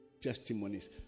testimonies